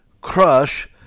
crush